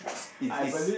if it's